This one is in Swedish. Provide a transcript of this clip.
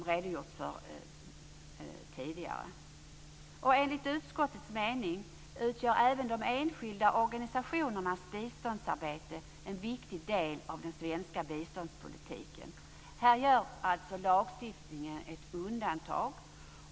Enligt utskottets mening utgör även de enskilda organisationernas biståndsarbete en viktig del av den svenska biståndspolitiken. Här gör lagstiftningen alltså ett undantag.